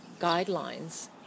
guidelines